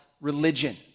religion